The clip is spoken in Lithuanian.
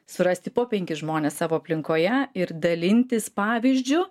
surasti po penkis žmones savo aplinkoje ir dalintis pavyzdžiu